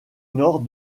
nord